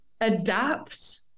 adapt